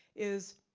is,